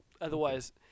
Otherwise